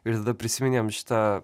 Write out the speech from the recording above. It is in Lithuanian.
ir tada prisiminėm šitą